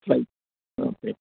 flight हां okay